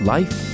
Life